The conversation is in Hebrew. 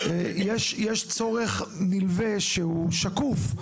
יש צורך נלווה שהוא שקוף,